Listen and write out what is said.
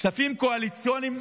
כספים קואליציוניים,